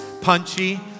punchy